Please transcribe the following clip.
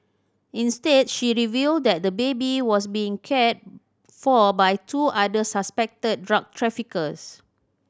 instead she revealed that the baby was being cared for by two other suspected drug traffickers